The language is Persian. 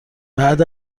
بعد